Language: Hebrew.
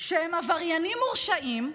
שהם עבריינים מורשעים,